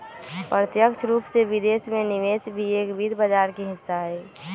प्रत्यक्ष रूप से विदेश में निवेश भी एक वित्त बाजार के हिस्सा हई